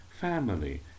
family